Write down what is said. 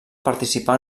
participar